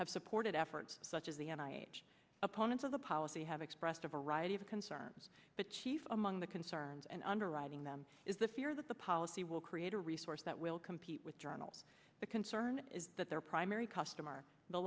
have supported efforts such as the n i m h opponents of the policy have expressed a variety of concerns but chief among the concerns and underwriting them is the fear that the policy will create a resource that will compete with journals the concern is that their primary customer the